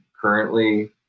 currently